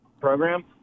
program